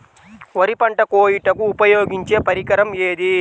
వరి పంట కోయుటకు ఉపయోగించే పరికరం ఏది?